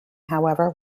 however